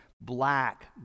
black